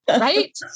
right